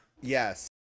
Yes